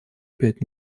пять